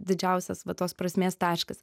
didžiausias va tos prasmės taškas